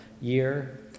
year